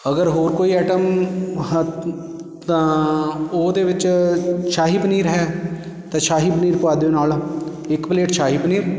ਅਗਰ ਹੋਰ ਕੋਈ ਐਟਮ ਹਾ ਤਾਂ ਉਹਦੇ ਵਿੱਚ ਸ਼ਾਹੀ ਪਨੀਰ ਹੈ ਅਤੇ ਸ਼ਾਹੀ ਪਨੀਰ ਪਾ ਦਿਓ ਨਾਲ ਇੱਕ ਪਲੇਟ ਸ਼ਾਹੀ ਪਨੀਰ